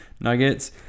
Nuggets